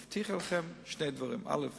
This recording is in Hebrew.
אני מבטיח לכם שני דברים: א.